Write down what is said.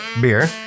beer